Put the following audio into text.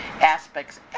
aspects